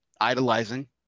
idolizing